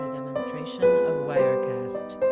administration gazed